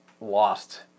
lost